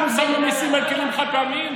אנחנו שמנו מיסים על כלים חד-פעמיים?